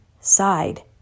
side